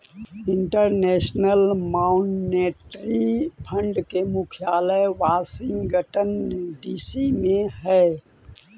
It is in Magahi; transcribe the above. इंटरनेशनल मॉनेटरी फंड के मुख्यालय वाशिंगटन डीसी में हई